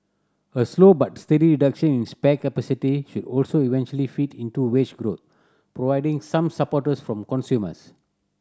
a slow but steady reduction in spare capacity should also eventually feed into wage growth providing some supporters from consumers